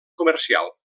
comercial